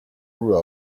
grew